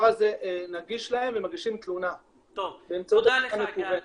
הזה נגיש להם והם מגישים תלונה באמצעות תלונה מקוונת.